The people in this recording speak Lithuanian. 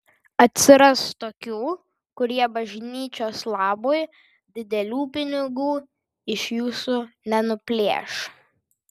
atsiras tokių kurie bažnyčios labui didelių pinigų iš jūsų nenuplėš